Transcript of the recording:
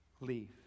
leave